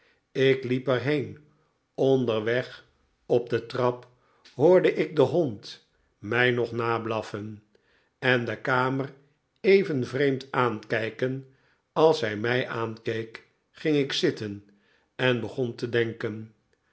ik liep er heen onderweg op de trap hoorde ik den hond mij nog nablaffen en de kamer even vreemd aankijkend als zij mij aankeek ging ik zitten en begon te denken